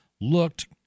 looked